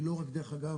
היא לא רק דרך אגב,